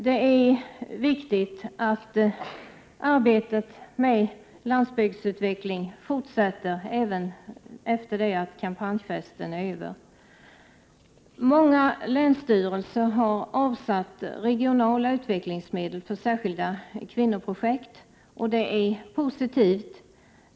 Det är viktigt att arbetet med landsbygdens utveckling fortsätter även efter det att kampanjfesten är över. Många länsstyrelser har avsatt regionala utvecklingsmedel för särskilda kvinnoprojekt. Det är positivt.